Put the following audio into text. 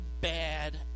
bad